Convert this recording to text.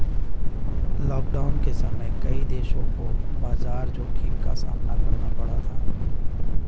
lockdown के समय कई देशों को बाजार जोखिम का सामना करना पड़ा था